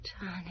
Johnny